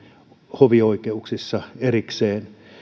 hovioikeuksissa erikseen